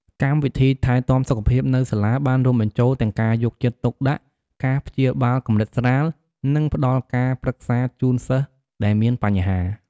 កម្មវិធីថែទាំសុខភាពនៅសាលាបានរួមបញ្ចូលទាំងការយកចិត្តទុកដាក់ ការព្យាបាលកម្រិតស្រាល និងផ្ដល់ការប្រឹក្សាជូនសិស្សដែលមានបញ្ហា។